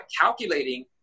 calculating